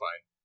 fine